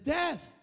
death